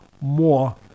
more